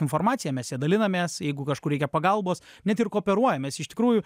informacija mes ja dalinamės jeigu kažkur reikia pagalbos net ir kooperuojamės iš tikrųjų